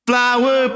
Flower